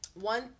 One